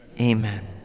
Amen